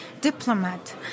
diplomat